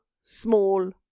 small